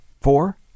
four